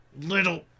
little